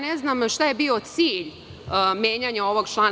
Ne znam šta je bio cilj menjanja ovog člana?